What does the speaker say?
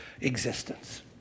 existence